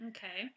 Okay